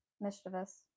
Mischievous